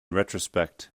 retrospect